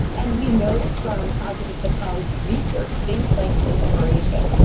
and we know from positive psychology research, things like inspiration,